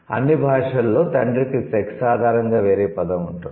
అన్ని భాషలలో 'తండ్రి'కి సెక్స్ ఆధారంగా వేరే పదం ఉంటుంది